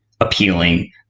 appealing